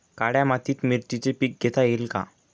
काळ्या मातीत मिरचीचे पीक घेता येईल का?